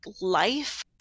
life